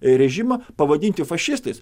režimą pavadinti fašistais